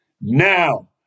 Now